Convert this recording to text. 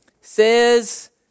says